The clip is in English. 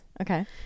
Okay